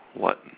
what